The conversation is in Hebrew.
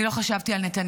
אני לא חשבתי על נתניהו.